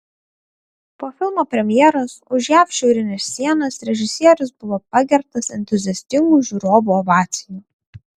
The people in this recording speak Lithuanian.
po filmo premjeros už jav šiaurinės sienos režisierius buvo pagerbtas entuziastingų žiūrovų ovacijų